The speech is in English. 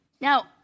Now